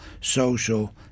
social